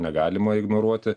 negalima ignoruoti